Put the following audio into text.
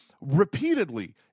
Repeatedly